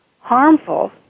harmful